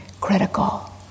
critical